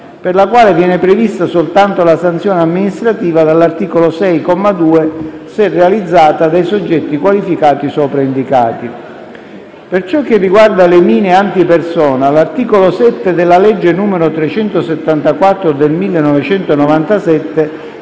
per la quale viene prevista soltanto la sanzione amministrativa dall'articolo 6, comma 2, se realizzata dai soggetti qualificati sopra indicati. Per ciò che riguarda le *mine antipersona*, l'articolo 7 della legge n. 374 del 1997